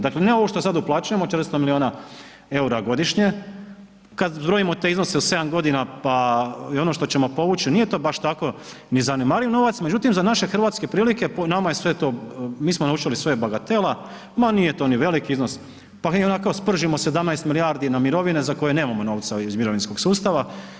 Dakle, ne ovo što sad uplaćujemo 40 miliona EUR-a godišnje, kad zbrojimo te iznose u 7 godina pa i ono što ćemo povući nije to baš tako ni zanemariv novac, međutim za naše hrvatske prilike nama je sve to, mi smo naučili sve je bagatela, ma nije to ni velik iznos, pa mi ionako spržimo 17 milijardi na mirovine za koje nemamo novca iz mirovinskog sustava.